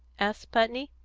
asked putney.